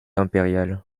impériale